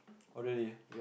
oh really